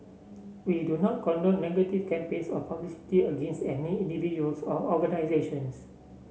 we do not condone negative campaigns or publicity against any individuals or organisations